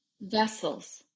Vessels